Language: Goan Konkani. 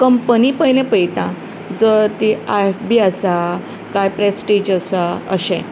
कंपनी पयलें पळयतां जर ती आय एफ बी आसा कांय प्रेस्टिज आसा अशें